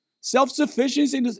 Self-sufficiency